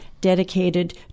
dedicated